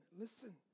listen